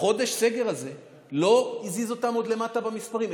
חודש הסגר הזה לא הזיז אותן עוד למטה במספרים.